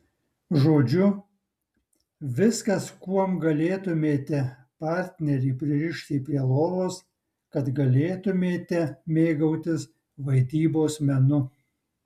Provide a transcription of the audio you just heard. žodžiu viskas kuom galėtumėte partnerį pririšti prie lovos kad galėtumėte mėgautis vaidybos menu